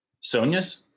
Sonia's